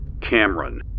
Cameron